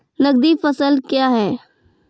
नगदी फसल क्या हैं?